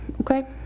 okay